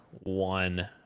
one